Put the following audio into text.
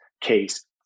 case